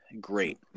great